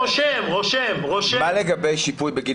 מה לגבי שיפוי בגין